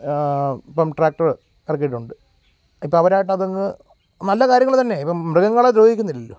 ഇപ്പം ട്രാക്ടറ് എറക്കിയിട്ടുണ്ട് ഇപ്പം അവരായിട്ട് അതങ്ങ് നല്ല കാര്യങ്ങൾ തന്നെ ഇപ്പം മൃഗങ്ങളെ ദ്രോഹിക്കുന്നില്ലല്ലോ